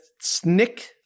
Snick